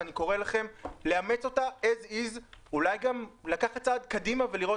ואני קורא לכם לאמץ אותה כמות שהיא ואולי גם לקחת צעד קדימה ולראות